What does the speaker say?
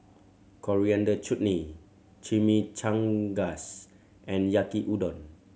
Coriander Chutney Chimichangas and Yaki Udon